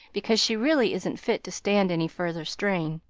because she really isn't fit to stand any further strain.